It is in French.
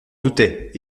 doutais